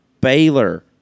Baylor